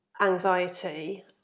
anxiety